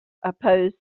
oppose